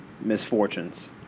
misfortunes